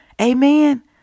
amen